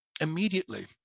immediately